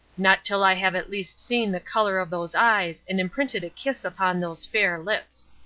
not till i have at least seen the colour of those eyes and imprinted a kiss upon those fair lips.